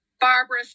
Barbara